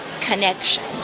connection